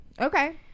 Okay